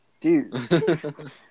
Dude